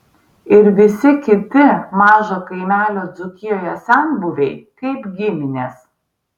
ir visi kiti mažo kaimelio dzūkijoje senbuviai kaip giminės